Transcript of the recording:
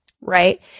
right